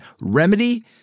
Remedy